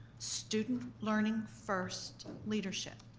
student learning first leadership.